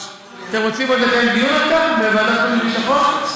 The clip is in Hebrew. אתם רוצים לקיים דיון על כך בוועדת חוץ וביטחון?